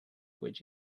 would